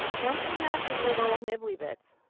don't paint out the little nibbly bits.